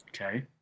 Okay